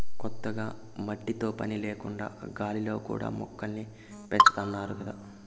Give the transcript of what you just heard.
కొత్తగా మట్టితో పని లేకుండా గాలిలో కూడా మొక్కల్ని పెంచాతన్నారంట గదా